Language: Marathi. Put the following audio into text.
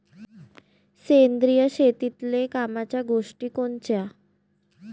सेंद्रिय शेतीतले कामाच्या गोष्टी कोनच्या?